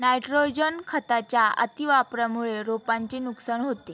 nitrogen खताच्या अतिवापरामुळे रोपांचे नुकसान होते